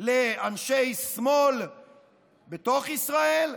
לאנשי שמאל בתוך ישראל,